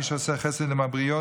מי שעושה חסד עם הבריות,